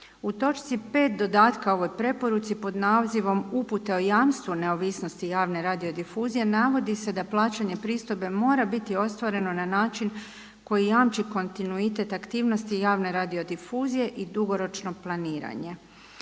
U točci 5. dodatka ovoj preporuci pod nazivom „Upute o jamstvu neovisnosti javne radio difuzije“ navodi se da plaćanje pristojbe mora biti ostvareno na način koji jamči kontinuitet aktivnosti javne radiodifuzije i dugoročno planiranje.